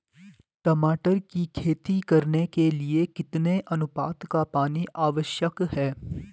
टमाटर की खेती करने के लिए कितने अनुपात का पानी आवश्यक है?